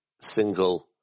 single